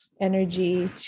energy